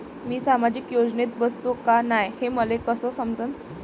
मी सामाजिक योजनेत बसतो का नाय, हे मले कस समजन?